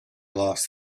last